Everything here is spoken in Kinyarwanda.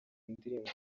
ndirimbo